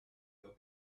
your